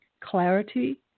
clarity